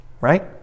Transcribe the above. Right